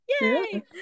yay